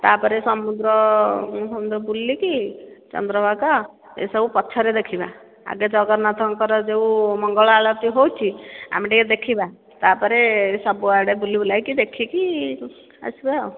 ତା'ପରେ ସମୁଦ୍ର ବୁଲିକି ଚନ୍ଦ୍ରଭାଗା ଏସବୁ ପଛରେ ଦେଖିବା ଆଗେ ଜଗନ୍ନାଥଙ୍କର ଯୋଉ ମଙ୍ଗଳ ଆଳତୀ ହେଉଛି ଆମେ ଟିକେ ଦେଖିବା ତା'ପରେ ସବୁ ଆଡ଼େ ବୁଲିବୁଲା କି ଦେଖି କି ଆସିବା ଆଉ